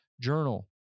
Journal